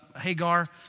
Hagar